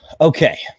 Okay